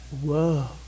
whoa